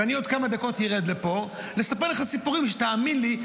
ואני עוד כמה דקות ארד לפה לספר לך סיפורים שתאמין לי,